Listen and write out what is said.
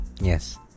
yes